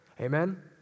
Amen